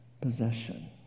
possession